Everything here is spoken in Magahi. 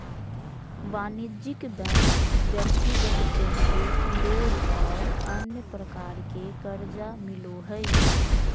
वाणिज्यिक बैंक ब्यक्तिगत टेम्पू लोन और अन्य प्रकार के कर्जा मिलो हइ